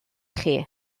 chi